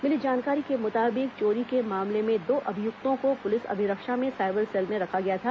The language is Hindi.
मिली जानकारी के मुताबिक चोरी के मामले में दो अभियुक्तों को पुलिस अभिरक्षा में साइबर सेल में रखा गया था